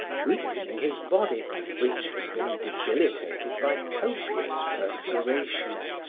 weakening his body which had been debilitated by copious perspiration.